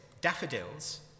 daffodils